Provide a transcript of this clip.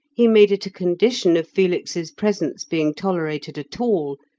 he made it a condition of felix's presence being tolerated at all,